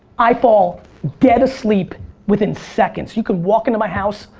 i fall dead asleep within seconds. you could walk into my house,